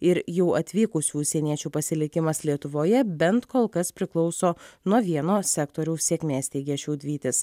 ir jau atvykusių užsieniečių pasilikimas lietuvoje bent kol kas priklauso nuo vieno sektoriaus sėkmės teigė šiaudvytis